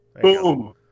Boom